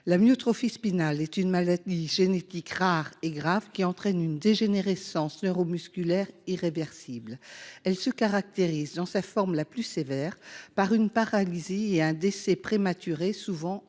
L’amyotrophie spinale est une maladie génétique rare et grave, qui entraîne une dégénérescence neuromusculaire irréversible. Elle se caractérise, dans sa forme la plus sévère, par une paralysie et un décès prématuré, souvent avant